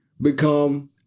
become